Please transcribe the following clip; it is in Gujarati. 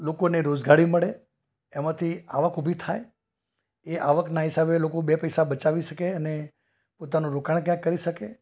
લોકોને રોજગારી મળે એમાંથી આવક ઊભી થાય એ આવકના હિસાબે લોકો બે પૈસા બચાવી શકે અને પોતાનું રોકાણ ક્યાંક કરી શકે